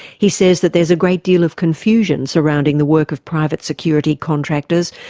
he says that there's a great deal of confusion surrounding the work of private security contractors,